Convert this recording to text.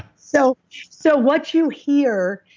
so so what you hear,